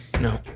No